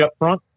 upfront